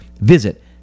Visit